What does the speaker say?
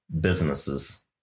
businesses